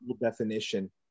definition